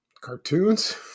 cartoons